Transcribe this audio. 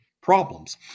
problems